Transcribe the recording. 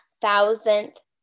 thousandth